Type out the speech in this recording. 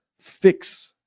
fix